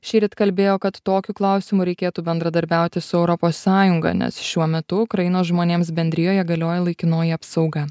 šįryt kalbėjo kad tokiu klausimu reikėtų bendradarbiauti su europos sąjunga nes šiuo metu ukrainos žmonėms bendrijoje galioja laikinoji apsauga